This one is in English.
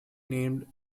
named